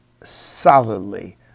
solidly